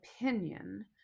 opinion